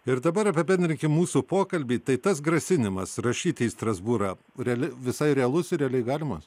ir dabar apibendrinkim mūsų pokalbį tai tas grasinimas rašyti į strasbūrą reali visai realus ir realiai galimas